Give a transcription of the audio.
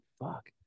Fuck